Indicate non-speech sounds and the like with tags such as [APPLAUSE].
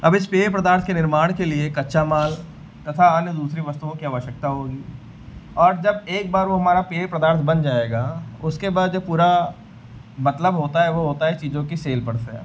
अब इस पेय पदार्थ के निर्माण के लिए कच्चा माल तथा अन्य दूसरी वस्तुओं की आवश्यकता होगी और जब एक बार वह हमारा पेय पदार्थ बन जाएगा उसके बाद जब पूरा मतलब होता है वह होता है चीज़ों की सेल [UNINTELLIGIBLE]